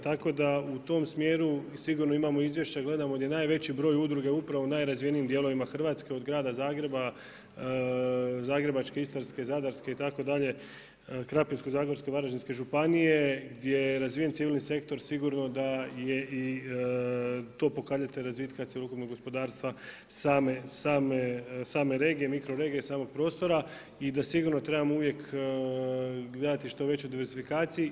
Tako da u tom smjeru i sigurno imamo izvješća i gledamo gdje najveći broj udruge upravo u najrazvijenijim dijelovima Hrvatske od grada Zagreba, Zagrebačke, Istarske, Zadarske itd., Krapinsko-zagorske, Varaždinske županije gdje je razvijen civilni sektor sigurno da je i to pokazatelj razvitka cjelokupnog gospodarstva same regije, mikro regije i samog prostora i da sigurno trebamo uvijek gledati što većoj diversifikaciji.